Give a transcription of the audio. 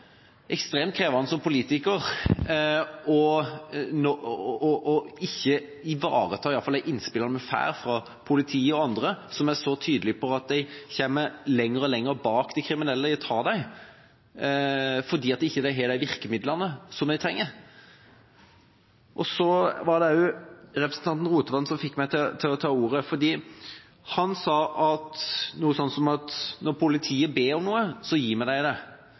ekstremt krevende som politiker ikke å ivareta iallfall de innspillene vi får fra politiet og andre, som er så tydelig på at de havner lenger og lenger bak når det gjelder å ta de kriminelle, fordi de ikke har de virkemidlene som de trenger. Det var representanten Rotevatn som fikk meg til å ta ordet fordi han sa noe sånt som at når politiet ber om noe, gir vi dem det.